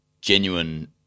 genuine